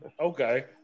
Okay